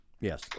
Yes